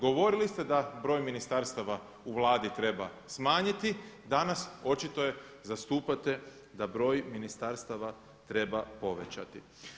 Govorili da broj ministarstava u Vladi treba smanjiti, danas očito je zastupate da broj ministarstava treba povećati.